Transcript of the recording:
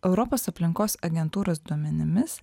europos aplinkos agentūros duomenimis